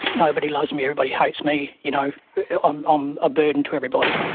nobody loves me, everybody hates me, you know i'm um a burden to everybody.